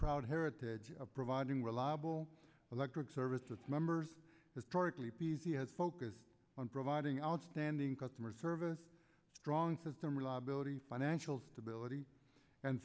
proud heritage of providing reliable electric service members historically p z has focused on providing outstanding customer service strong system reliability financial stability and